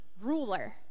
ruler